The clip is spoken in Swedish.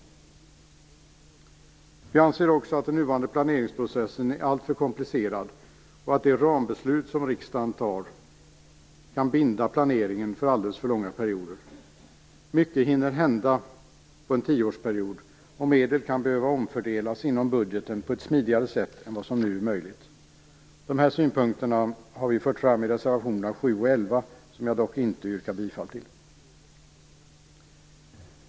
Vi anser också att den nuvarande planeringsprocessen är alltför komplicerad och att de rambeslut som riksdagen fattar kan binda planeringen för alldeles för långa perioder. Mycket hinner hända under en tioårsperiod, och medel kan behöva omfördelas inom budgeten på ett smidigare sätt än vad som nu är möjligt. Dessa synpunkter har vi fört fram i reservationerna 7 och 11, som jag dock inte kommer att yrka bifall till.